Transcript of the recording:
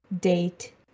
date